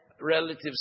relatives